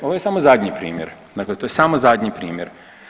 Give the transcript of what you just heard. Ovo je samo zadnji primjer, dakle to je samo zadnji primjer.